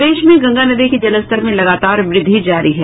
प्रदेश में गंगा नदी के जलस्तर में लगातार व्रद्धि जारी है